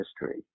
history